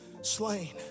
Slain